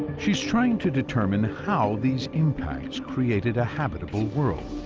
she's trying to determine how these impacts created a habitable world.